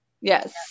Yes